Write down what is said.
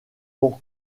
pans